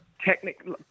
technically